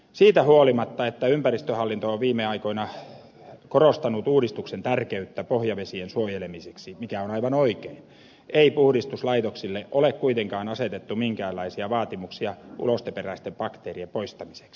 siitä huolimatta että ympäristöhallinto on viime aikoina korostanut uudistuksen tärkeyttä pohjavesien suojelemiseksi mikä on aivan oikein ei puhdistuslaitoksille ole kuitenkaan asetettu minkäänlaisia vaatimuksia ulosteperäisten bakteerien poistamiseksi